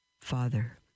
Father